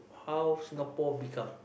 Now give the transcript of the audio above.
how Singapore become